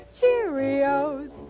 Cheerios